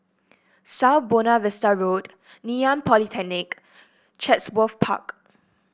South Buona Vista Road Ngee Ann Polytechnic Chatsworth Park